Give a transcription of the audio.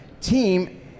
team